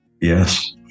Yes